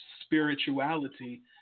spirituality